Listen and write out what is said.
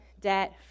debt